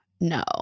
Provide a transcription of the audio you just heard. no